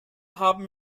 haben